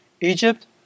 Egypt